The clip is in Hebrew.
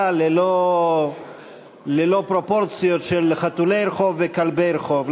ללא פרופורציות של חתולי רחוב וכלבי רחוב.